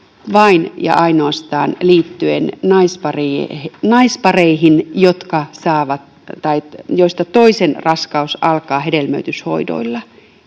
vain ja ainoastaan naispareihin, joista toisen raskaus alkaa hedelmöityshoidoilla.